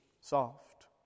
soft